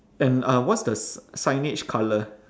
and uh what's the sig~ signage colour